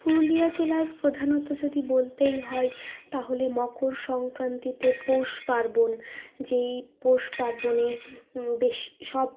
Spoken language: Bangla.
পুরুলিয়া জেলার প্রধানত যদি বলতেই হয় তাহলে মকর সংক্রান্তিতে পৌষপার্বণ যেই পৌষপার্বণে বেশ সব